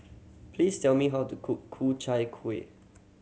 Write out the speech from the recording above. please tell me how to cook Ku Chai Kueh